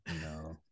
no